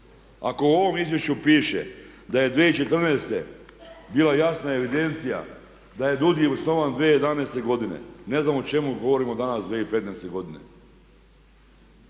Ako u ovom izvješću piše da je 2014.bila jasna evidencija da je DUUDI osnovan 2011.godine ne znam o čemu govorimo danas 2015.godine.